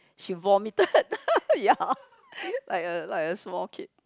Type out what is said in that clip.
she vomited ya like a like a small kid